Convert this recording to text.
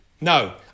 No